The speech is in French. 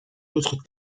autre